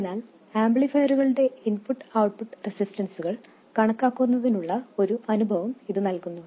അതിനാൽ ആംപ്ലിഫയറുകളുടെ input output റെസിസ്റ്റൻസുകൾ കണക്കാക്കുന്നതിനുള്ള ഒരു അനുഭവം ഇതു നൽകുന്നു